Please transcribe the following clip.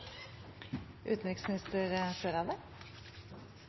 utenriksminister